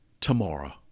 tomorrow